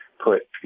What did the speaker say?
put